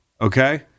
okay